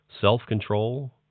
self-control